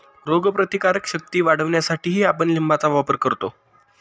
रोगप्रतिकारक शक्ती वाढवण्यासाठीही आपण लिंबाचा वापर करतो